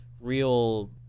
real